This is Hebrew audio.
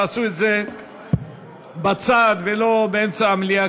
תעשו את זה בצד ולא באמצע המליאה,